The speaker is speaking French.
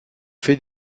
fait